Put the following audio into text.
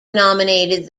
nominated